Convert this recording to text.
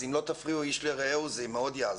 אז אם לא תפריעו איש לרעהו זה מאוד יעזור.